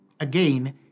again